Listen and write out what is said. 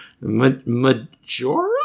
Majora